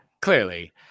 Clearly